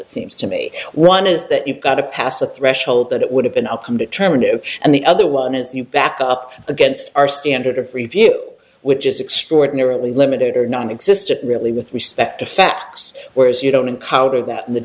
it seems to me one is that you've got to pass a threshold that it would have been up and determined and the other one is you back up against our standard of review which is extraordinarily limited or nonexistent really with respect to fats whereas you don't encounter that in the